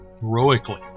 heroically